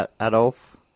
Adolf